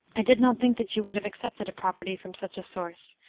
i did not think that you would have accepted a property from such a source,